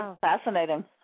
fascinating